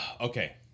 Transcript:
Okay